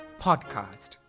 podcast